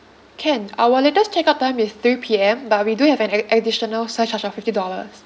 can our latest check out time is three P_M but we do have an add~ additional surcharge of fifty dollars